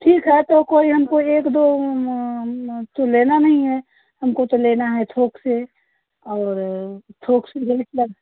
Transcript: ठीक है तो कोई हमको एक दो तो लेना नहीं है हमको तो लेना है थोक से और थोक से रेट लग